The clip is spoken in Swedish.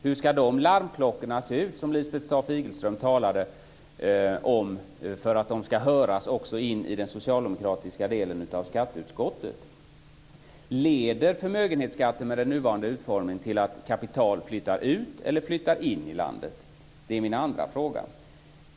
Hur ska de larmklockor som Lisbeth Staaf-Igelström talade om se ut för att de ska höras också in i den socialdemokratiska delen av skatteutskottet? Leder förmögenhetsskatten med den nuvarande utformningen till att kapital flyttar ut eller flyttar in i landet? Det är min andra fråga.